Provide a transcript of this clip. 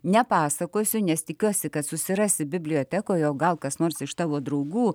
nepasakosiu nes tikiuosi kad susirasi bibliotekoje o gal kas nors iš tavo draugų